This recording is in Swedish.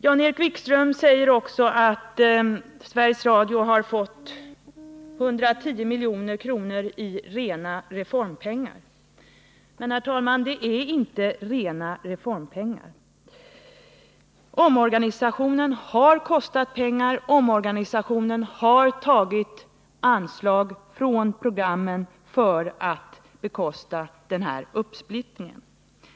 Jan-Erik Wikström säger att Sveriges Radio har fått 110 milj.kr. i rena reformpengar. Men, herr talman, det är inte rena reformpengar. Omorganisationen har kostat pengar, man har tagit anslag från programmen för att bekosta uppsplittringen.